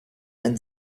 and